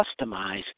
customize